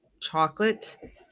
chocolate